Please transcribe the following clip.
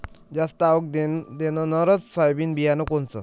जास्त आवक देणनरं सोयाबीन बियानं कोनचं?